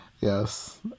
yes